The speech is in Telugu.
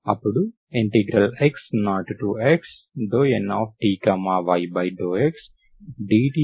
ఇప్పుడు x0x∂Nty∂x dt అనునది ఏమి అవుతుంది